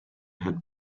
had